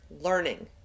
learning